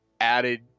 added